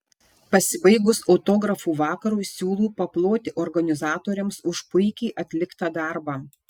pasibaigus autografų vakarui siūlau paploti organizatoriams už puikiai atliktą darbą